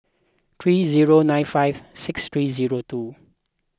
three zero nine five six three zero two